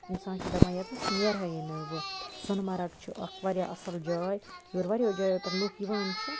اِنسان چھُ دَپان ییٚتہِ نیس نیرہاے نہٕ بہٕ سونمَرگ چھُ اکھ واریاہ اَصٕل جاے یور واریاہو جایو پٮ۪ٹھ لُکھ یِوان چھِ